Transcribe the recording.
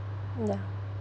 mm ya